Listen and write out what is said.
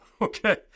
Okay